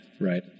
Right